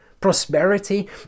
Prosperity